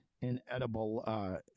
inedible